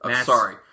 Sorry